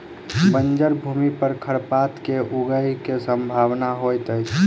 बंजर भूमि पर खरपात के ऊगय के सम्भावना होइतअछि